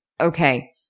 Okay